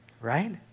Right